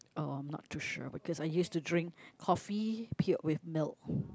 uh not too sure because I use to drink coffee p~ with milk